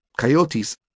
Coyotes